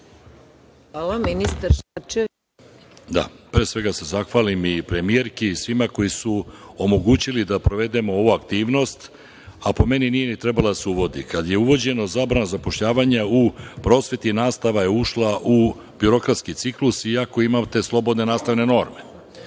**Mladen Šarčević** Pre svega da se zahvalim i premijerki i svima koji su omogućili da sprovedemo ovu aktivnost, a po meni nije ni trebala da se uvodi. Kada je uvođena zabrana zapošljavanja u prosveti nastava je ušla u birokratski ciklus, iako imate slobodne nastavne norme. Sada